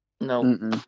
no